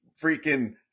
freaking